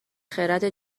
خرد